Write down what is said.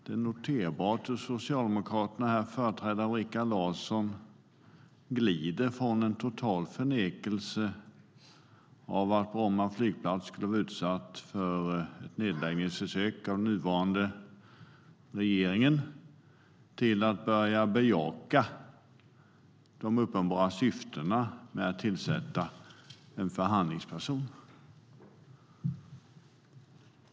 Det är noterbart hur Socialdemokraterna, här företrädda av Rikard Larsson, glider från total förnekelse av att Bromma flygplats av nuvarande regering skulle vara utsatt för ett nedläggningsförsök till att börja bejaka de uppenbara syftena med att tillsätta en förhandlingsperson.